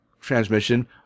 transmission